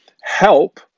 help